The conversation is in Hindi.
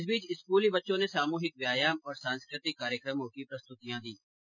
इस बीच स्कूली बच्चों ने सामुहिक व्यायाम और सांस्कृतिक कार्यक्रमों की प्रस्तृतियां दीं